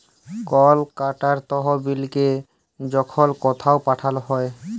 call টাকার তহবিলকে যখল কথাও পাঠাল হ্যয়